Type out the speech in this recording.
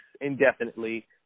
indefinitely